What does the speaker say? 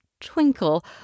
twinkle